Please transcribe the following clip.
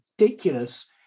ridiculous